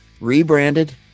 rebranded